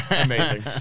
Amazing